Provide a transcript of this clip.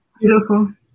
beautiful